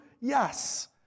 Yes